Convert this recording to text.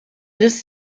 this